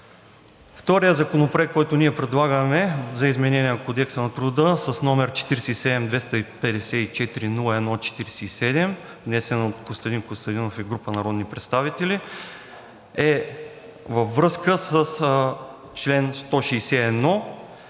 Вторият Законопроект, който ние предлагаме за изменение на Кодекса на труда, № 47-254-01-47, внесен от Костадин Костадинов и група народни представители е, във връзка с чл. 161,